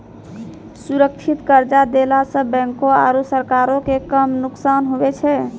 सुरक्षित कर्जा देला सं बैंको आरू सरकारो के कम नुकसान हुवै छै